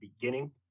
beginning